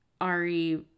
Ari